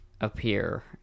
appear